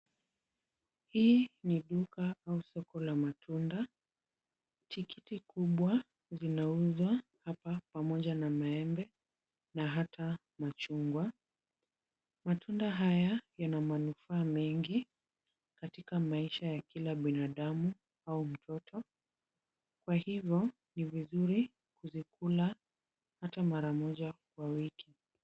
Hii ni duka au soko la matunda. Tikiti kubwa zinauzwa hapa pamoja na maembe, na hata machungwa. Matunda haya yana manufaa mengi katika maisha ya kila binadamu au mtoto. Kwa hivyo ni vizuri kuzikula hata mara moja kwa wiki.